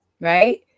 right